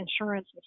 insurance